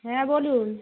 হ্যাঁ বলুন